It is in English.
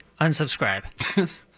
unsubscribe